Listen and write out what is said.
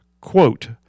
Quote